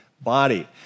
body